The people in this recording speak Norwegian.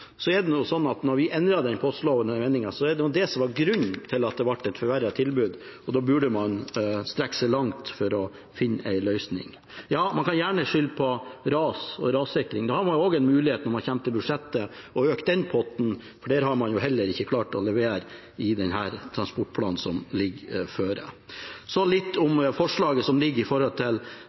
vi endret postloven, var det jo det som var grunnen til at det ble et forverret tilbud, og da burde man strekke seg langt for å finne en løsning. Man kan gjerne skylde på ras og rassikring. Da har man også en mulighet når man kommer til budsjettet, til å øke den potten, for der har man heller ikke klart å levere i den transportplanen som foreligger. Så til forslaget som foreligger, om å kutte i